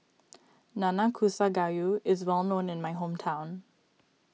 Nanakusa Gayu is well known in my hometown